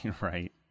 right